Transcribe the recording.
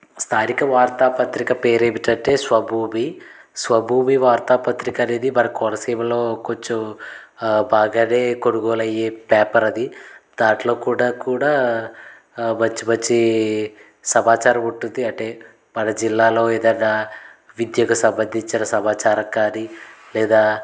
స్థానిక వార్తా పత్రిక పేరేమిటి అంటే స్వభూమి స్వభూమి వార్తాపత్రిక అనేది మన కోనసీమలో కొంచెం బాగానే కొనుగోలు అయ్యే పేపర్ అది దాంట్లో కూడా కూడా మంచి మంచి సమాచారం ఉంటుంది అంటే మన జిల్లాలో ఏదైనా విద్యకు సంబంధించిన సమాచారం కానీ లేదా